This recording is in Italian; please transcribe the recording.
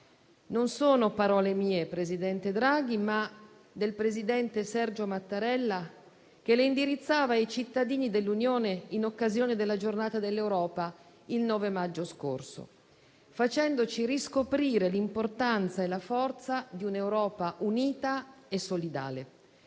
Non sono parole mie, presidente Draghi, ma del presidente Sergio Mattarella, che le indirizzava ai cittadini dell'Unione in occasione della Giornata dell'Europa, il 9 maggio scorso, facendoci riscoprire l'importanza e la forza di un'Europa unita e solidale;